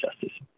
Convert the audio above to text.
justice